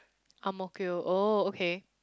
Ang-Mo-Kio oh okay